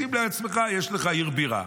שים לעצמך, יש לך עיר בירה.